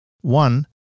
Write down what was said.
One